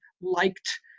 liked